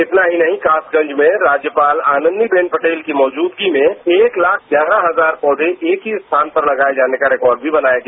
इतना ही नहीं कासगंज में राज्यपाल आनंदीबेन पटेल की मौजूदगी में एक लाख ग्यारह हजार पौधे एक ही स्थान पर लगाए जाने का रिक ॉर्ड भी बनाया गया